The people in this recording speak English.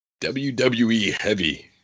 WWE-heavy